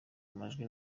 amajwi